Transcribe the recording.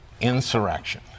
Insurrection